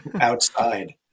outside